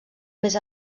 més